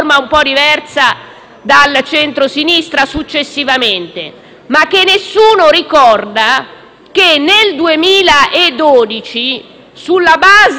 Grazie.